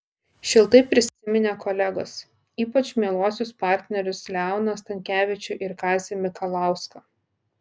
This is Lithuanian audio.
šiltai prisiminė kolegas ypač mieluosius partnerius leoną stankevičių ir kazį mikalauską